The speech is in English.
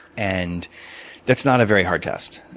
and that's not a very hard test.